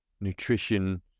nutrition